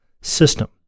system